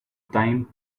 time